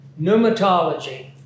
Pneumatology